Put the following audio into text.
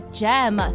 jam